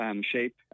shape